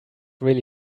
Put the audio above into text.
really